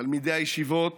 תלמידי הישיבות